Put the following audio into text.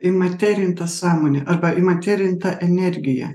įmaterinta sąmonė arba įmaterinta energija